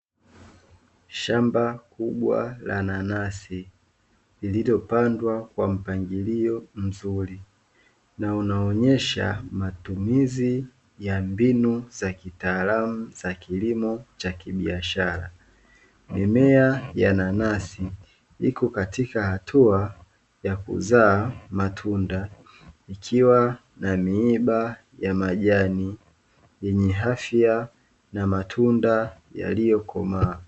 Shamba ku wa la nanasi lililopandwa kwampangilio mzuri na unaonyesha matumizi za kitaalamu za kilimo cha kibiashara. Mimea ya nanasi iko katika hatua ya kuzaamatunda ikiwa na miiba ya majani yenye afya na matunda yaliyokomaa.